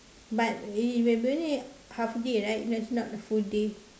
but it will be only half day right that's not the full day